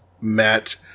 met